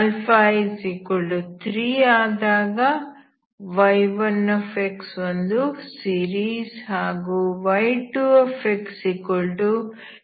α3 ಆದಾಗ y1x ಒಂದು series ಹಾಗೂ y2xx 53x3 ಆಗಿದೆ